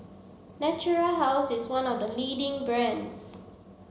natura House is one of the leading brands